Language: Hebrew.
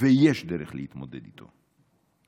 ויש דרך להתמודד איתו.